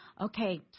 Okay